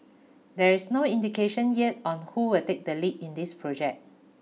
there is no indication yet on who will take the lead in this project